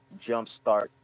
jumpstart